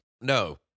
No